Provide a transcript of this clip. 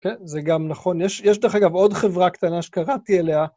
כן, זה גם נכון. יש דרך אגב עוד חברה קטנה שקראתי עליה.